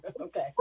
Okay